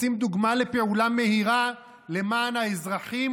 רוצים דוגמה לפעולה מהירה למען האזרחים